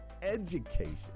education